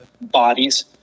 bodies